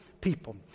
people